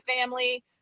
family